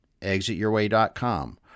ExitYourWay.com